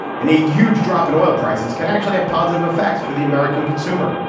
and a huge drop in oil prices can actually have positive effects for the american consumer.